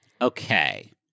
Okay